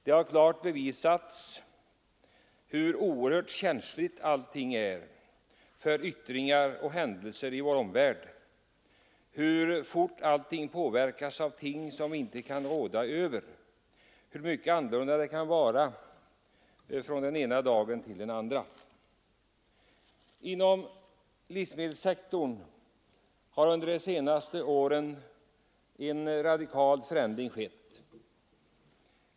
Det har klart bevisats hur oerhört känsligt allting är för händelser i vår omvärld, hur fort allting påverkas av ting som vi inte kan råda över, hur mycket annorlunda det kan vara från den ena dagen till den andra. Inom livsmedelssektorn har under de senaste åren en radikal förändring skett.